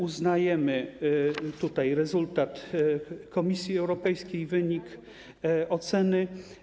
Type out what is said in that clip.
Uznajemy tutaj rezultat Komisji Europejskiej, wynik oceny.